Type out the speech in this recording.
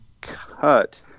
cut